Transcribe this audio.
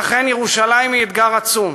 ואכן, ירושלים היא אתגר עצום,